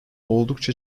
oldukça